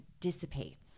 dissipates